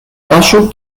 kaŝu